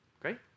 Great